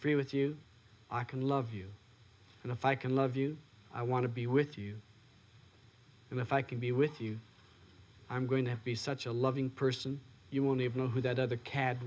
free with you i can love you and if i can love you i want to be with you and if i can be with you i'm going to be such a loving person you will never know who that other ca